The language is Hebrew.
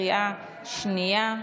בקריאה שנייה.